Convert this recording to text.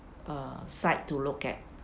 err sight to look at